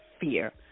fear